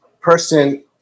person